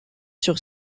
sur